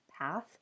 path